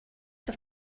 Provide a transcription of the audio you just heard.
have